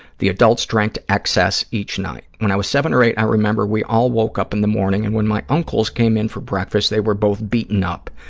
the adults drank to excess each night. when i was seven or eight, i remember we all woke up in the morning, and when my uncles came in for breakfast they were both beaten up,